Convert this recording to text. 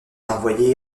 envoyée